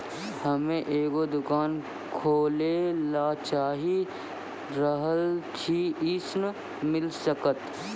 हम्मे एगो दुकान खोले ला चाही रहल छी ऋण मिल सकत?